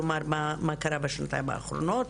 כלומר מה קרה בשנתיים האחרונות.